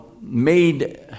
made